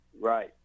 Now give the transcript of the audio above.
Right